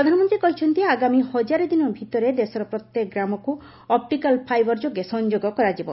ପ୍ରଧାନମନ୍ତ୍ରୀ କହିଛନ୍ତି ଆଗାମ ହଜାରେ ଦିନ ଭିତରେ ଦେଶର ପ୍ରତ୍ୟେକ ଗ୍ରାମକୁ ଅପ୍ରିକାଲ୍ ଫାଇବର୍ ଯୋଗେ ସଂଯୋଗ କରାଯିବ